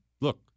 look